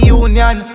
union